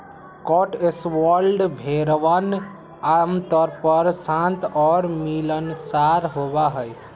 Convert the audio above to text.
Cotswold भेड़वन आमतौर पर शांत और मिलनसार होबा हई